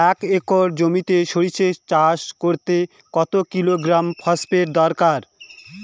এক একর জমিতে সরষে চাষ করতে কত কিলোগ্রাম ফসফেট দরকার?